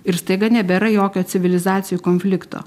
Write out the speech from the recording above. ir staiga nebėra jokio civilizacijų konflikto